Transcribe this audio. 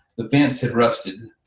the fence had rusted,